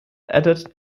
added